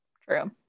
True